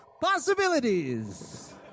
Possibilities